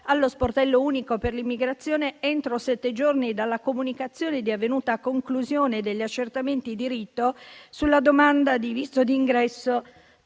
allo sportello unico per l'immigrazione entro sette giorni dalla comunicazione di avvenuta conclusione degli accertamenti di rito sulla domanda di visto di ingresso